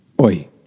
oi